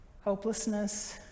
hopelessness